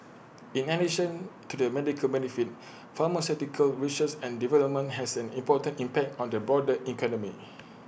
in addition to the medical benefit pharmaceutical research and development has an important impact on the broader economy